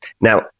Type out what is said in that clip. Now